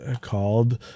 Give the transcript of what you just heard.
called